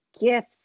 gifts